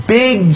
big